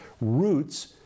Roots